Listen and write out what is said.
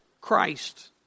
Christ